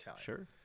sure